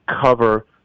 cover